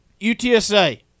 UTSA